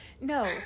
No